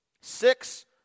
Six